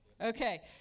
Okay